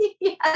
yes